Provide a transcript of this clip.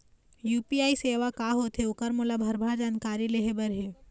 UPI सेवा का होथे ओकर मोला भरभर जानकारी लेहे बर हे?